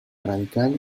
radical